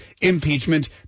impeachment